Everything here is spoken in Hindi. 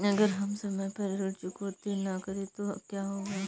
अगर हम समय पर ऋण चुकौती न करें तो क्या होगा?